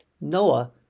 Noah